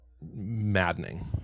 maddening